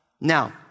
Now